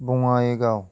Bongaigaon